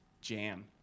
jam